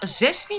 16